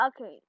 Okay